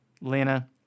Lena